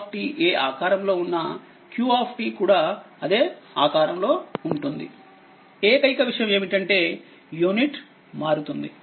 కాబట్టిvఏఆకారంలో ఉన్నా q కూడా అదే ఆకారంలో ఉంటుందిఏకైకవిషయంఏమిటంటేయూనిట్ మారుతుంది